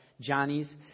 Johnny's